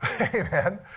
Amen